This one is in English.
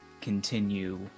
continue